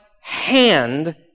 hand